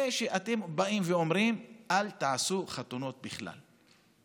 זה שאתם באים ואומרים: אל תעשו חתונות בכלל.